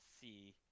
see